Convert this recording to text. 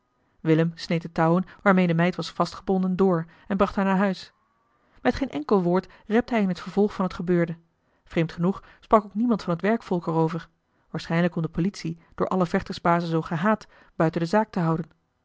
sneed de touwen waarmee de meid was vastgebonden door en bracht haar naar huis met geen enkel woord repte hij in het vervolg van het gebeurde vreemd genoeg sprak ook niemand van het werkvolk er over waarschijnlijk om de politie door alle vechtersbazen zoo gehaat buiten de zaak te houden